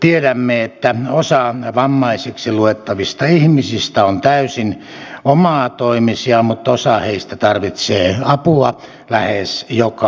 tiedämme että osa vammaisiksi luettavista ihmisistä on täysin omatoimisia mutta osa heistä tarvitsee apua lähes joka hetki